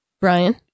Brian